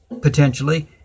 potentially